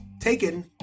taken